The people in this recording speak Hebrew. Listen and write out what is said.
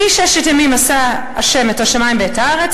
כי ששת ימים עשה ה' את השמים ואת הארץ,